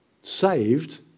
saved